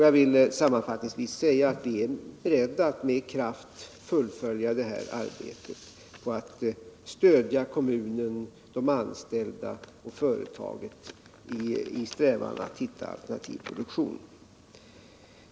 Jag vill sammanfattningsvis säga att vi är beredda att med kraft fullfölja arbetet på att stödja kommunen, de anställda och företaget i strävandena att hitta alternativ produktion.